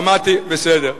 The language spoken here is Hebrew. שמעתי, בסדר.